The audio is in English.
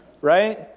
Right